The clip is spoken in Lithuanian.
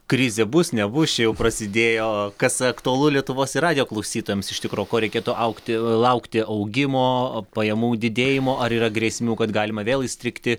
krizė bus nebus čijau prasidėjo kas aktualu lietuvos radijo klausytojams iš tikro ko reikėtų augti laukti augimo pajamų didėjimo ar yra grėsmių kad galima vėl įstrigti